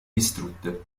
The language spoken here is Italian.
distrutte